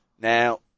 Now